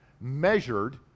measured